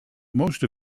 most